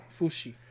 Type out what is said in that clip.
Fushi